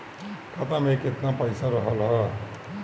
खाता में केतना पइसा रहल ह?